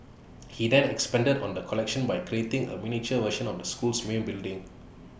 he then expanded on the collection by creating A miniature version of the school's main building